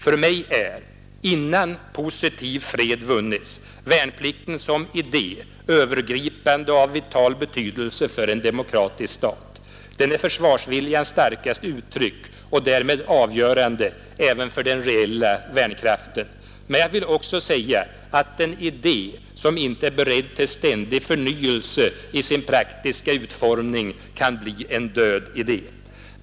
För mig är, innan positiv fred vunnits, värnplikten som idé övergripande och av vital betydelse för en demokratisk stat. Den är försvarsviljans starkaste uttryck och därmed avgörande även för den reella värnkraften. Men jag vill också säga att en idé som inte är beredd till ständig förnyelse i sin praktiska utformning kan bli en död idé.